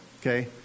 Okay